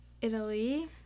italy